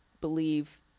believe